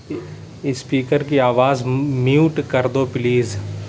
speakers کی آواز mute کر دو پلیز